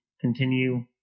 continue